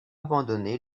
abandonné